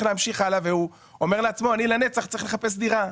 להמשיך הלאה והוא אומר לו אני לנצח צריך לחפש דירה.